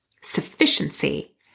sufficiency